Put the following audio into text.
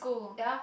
ya